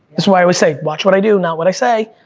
that's why i always say, watch what i do, not what i say.